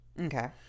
Okay